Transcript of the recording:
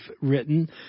written